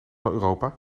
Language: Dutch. europa